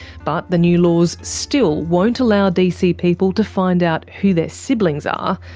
but the new laws still won't allow dc people to find out who their siblings are.